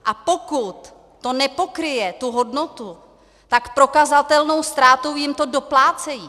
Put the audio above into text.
A pokud to nepokryje tu hodnotu, tak prokazatelnou ztrátou jim to doplácejí.